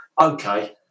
okay